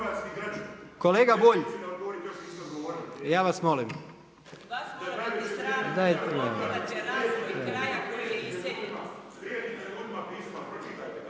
Kolega Bulj, ja vas molim